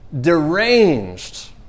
deranged